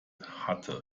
hatte